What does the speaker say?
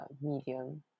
medium